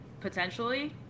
potentially